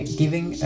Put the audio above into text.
giving